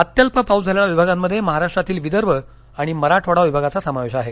अत्यल्प पाऊस झालेल्या विभागांमध्ये महाराष्ट्रातील विदर्भ आणि मराठवाडा विभागांचा समावेश आहे